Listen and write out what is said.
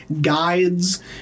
guides